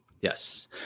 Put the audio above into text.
Yes